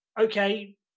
okay